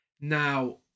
Now